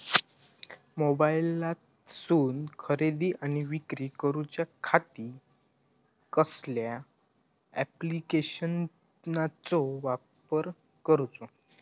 मोबाईलातसून खरेदी आणि विक्री करूच्या खाती कसल्या ॲप्लिकेशनाचो वापर करूचो?